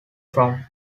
from